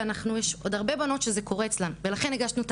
יש עוד הרבה בנות שזה קורה אצלן ולכן הגשנו את